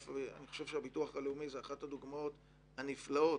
אני חושב שהביטוח הלאומי הוא אחת הדוגמאות הנפלאות